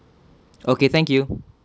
okay thank you